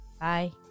Bye